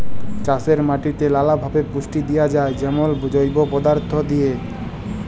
চাষের মাটিতে লালাভাবে পুষ্টি দিঁয়া যায় যেমল জৈব পদাথ্থ দিঁয়ে